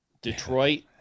Detroit